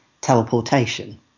teleportation